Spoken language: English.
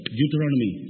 Deuteronomy